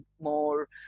more